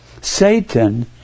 Satan